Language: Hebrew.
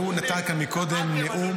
--- והוא נתן כאן קודם נאום --- באמת,